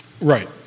right